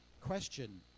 question